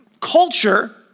culture